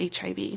HIV